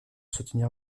soutenir